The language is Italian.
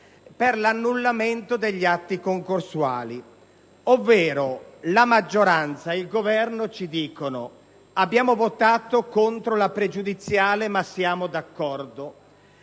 per l'annullamento degli atti concorsuali. La maggioranza e il Governo ci dicono cioè che hanno votato contro la pregiudiziale ma sono d'accordo;